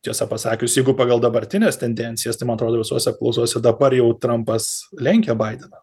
tiesą pasakius jeigu pagal dabartines tendencijas tai man atrodo visose apklausose dabar jau trampas lenkia baideną